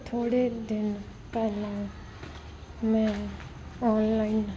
ਥੋੜੇ ਦਿਨ ਪਹਿਲਾਂ ਮੈਂ ਔਨਲਾਈਨ